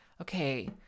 okay